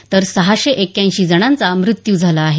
तर सहाशे एक्यांऐशी जणांचा मृत्यू झाला आहे